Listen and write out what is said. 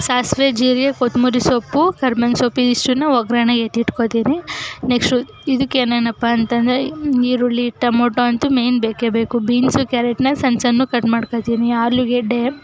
ಸಾಸಿವೆ ಜೀರಿಗೆ ಕೊತ್ತಂಬ್ರಿ ಸೊಪ್ಪು ಕರ್ಬೇವಿನ ಸೊಪ್ಪು ಇದಿಷ್ಟನ್ನೂ ಒಗ್ರಣೆಗೆ ಎತ್ತಿಟ್ಕೊಳ್ತೀನಿ ನೆಕ್ಸ್ಟು ಇದಕ್ಕೆ ಏನೇನಪ್ಪಾ ಅಂತ ಅಂದ್ರೆ ಈರುಳ್ಳಿ ಟೊಮೊಟೊ ಅಂತೂ ಮೇಯ್ನ್ ಬೇಕೇ ಬೇಕು ಬೀನ್ಸ್ ಕ್ಯಾರೆಟ್ಟನ್ನ ಸಣ್ಣ ಸಣ್ಣಕ್ಕೆ ಕಟ್ ಮಾಡ್ಕೊಳ್ತೀನಿ ಆಲೂಗೆಡ್ಡೆ